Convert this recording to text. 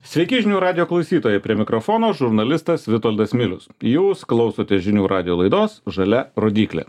sveiki žinių radijo klausytojai prie mikrofono žurnalistas vitoldas milius jūs klausotės žinių radijo laidos žalia rodyklė